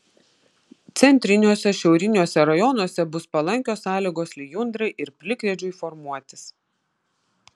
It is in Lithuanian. centriniuose šiauriniuose rajonuose bus palankios sąlygos lijundrai ir plikledžiui formuotis